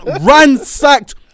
ransacked